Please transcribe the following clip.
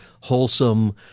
wholesome